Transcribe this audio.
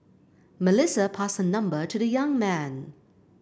Melissa passed her number to the young man